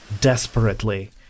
desperately